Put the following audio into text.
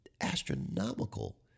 astronomical